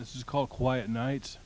this is called quiet nights